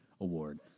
award